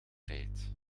rijdt